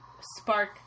spark